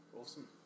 Awesome